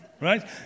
right